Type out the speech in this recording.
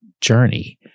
journey